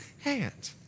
hand